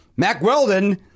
MacWeldon